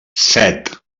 set